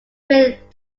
created